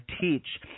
teach